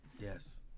Yes